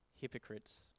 hypocrites